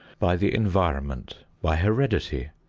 by the environment, by heredity,